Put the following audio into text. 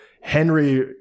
Henry